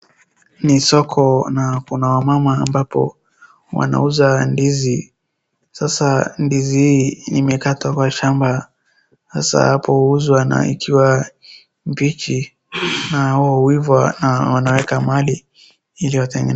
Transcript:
Ni soko na kuna wamama ambapo wanauza ndizi. Sasa ndizi hii imekatwa kwa shamba. Sasa hapo inauzwa na ikiwa mbichi na huiva na wanaweka mahali ili watengeneze.